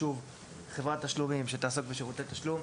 חברת תשלומים שתעסוק בשירותי תשלום,